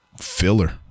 filler